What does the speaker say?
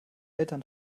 eltern